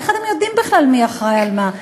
איך אתם יודעים בכלל מי אחראי למה?